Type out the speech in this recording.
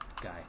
guy